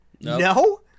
No